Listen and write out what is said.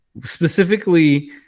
specifically